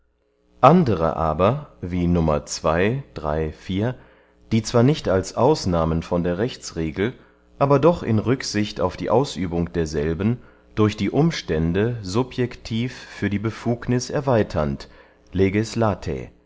andere aber wie die zwar nicht als ausnahmen von der rechtsregel aber doch in rücksicht auf die ausübung derselben durch die umstände subjektiv für die befugniß erweiternd